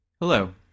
Hello